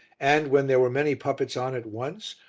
and, when there were many puppets on at once,